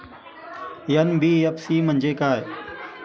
NBFC म्हणजे काय?